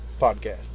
podcast